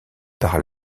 par